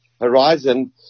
horizon